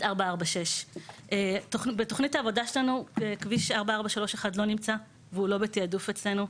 446. בתכנית העבודה שלנו כביש 4431 לא נמצא והוא לא בתעדוף אצלנו,